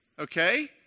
Okay